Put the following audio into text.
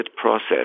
process